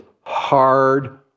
hard